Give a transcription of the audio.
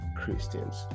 Christians